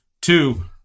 Two